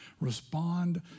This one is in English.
respond